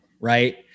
right